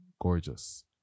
gorgeous